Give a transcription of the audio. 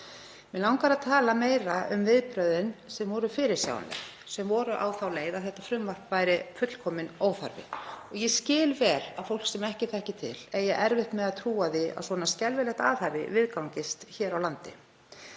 Mig langar að tala meira um viðbrögðin sem voru fyrirsjáanleg og voru á þá leið að þetta frumvarp væri fullkominn óþarfi. Ég skil vel að fólk sem ekki þekkir til eigi erfitt með að trúa því að svona skelfilegt athæfi viðgangist hér á landi